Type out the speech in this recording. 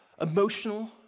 emotional